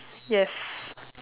yes